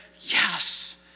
yes